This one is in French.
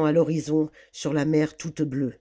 à l'horizon sur la mer toute bleue